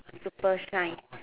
super shine